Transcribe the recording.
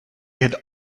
had